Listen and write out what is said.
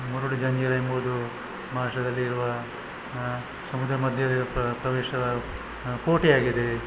ಮುರುಡು ಜಂಜೀರ ಎಂಬುದು ಮಹಾರಾಷ್ಟ್ರದಲ್ಲಿರುವ ಸಮುದ್ರ ಮಧ್ಯೆ ಪ್ರವೇಶದ ಕೋಟೆ ಆಗಿದೆ